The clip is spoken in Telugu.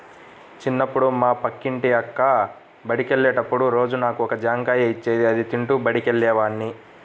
చిన్నప్పుడు మా పక్కింటి అక్క బడికెళ్ళేటప్పుడు రోజూ నాకు ఒక జాంకాయ ఇచ్చేది, అది తింటూ బడికెళ్ళేవాడ్ని